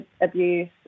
abuse